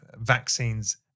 vaccines